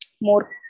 more